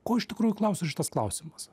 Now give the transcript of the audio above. ko iš tikrųjų klausia šitas klausimas